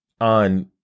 on